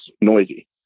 noisy